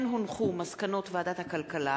מסקנות ועדת הכלכלה